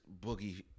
Boogie